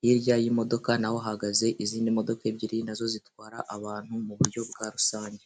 hirya y'imodoka n'aho hahagaze izindi modoka ebyiri na zo zitwara abantu mu buryo bwa rusange.